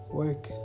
work